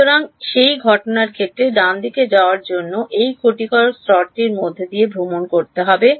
সুতরাং সেই ঘটনার ক্ষেত্রটি ডানদিকে যাওয়ার জন্য এই ক্ষতিকারক স্তরটির মধ্য দিয়ে ভ্রমণ করতে হবে